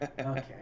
Okay